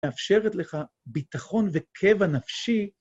מאפשרת לך ביטחון וקבע נפשי.